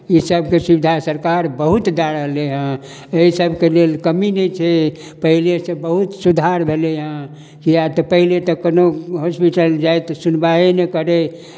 ई सभके सुविधा सरकार बहुत दए रहलै हँ अइ सभके लेल कमी नहि छै पहिलेसँ बहुत सुधार भेलैहँ किए तऽ पहिले तऽ कोनो हॉस्पिटल जाइ तऽ सुनबाहे नहि करै